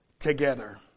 Together